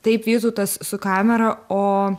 taip vytautas su kamera o